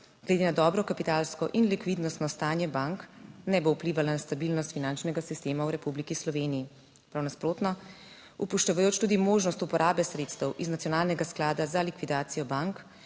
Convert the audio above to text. glede na dobro kapitalsko in likvidnostno stanje bank, ne bo vplivala na stabilnost finančnega sistema v Republiki Sloveniji, prav nasprotno. Upoštevajoč tudi možnost uporabe sredstev iz nacionalnega sklada za likvidacijo bank